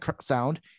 sound